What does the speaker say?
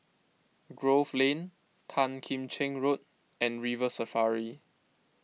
Grove Lane Tan Kim Cheng Road and River Safari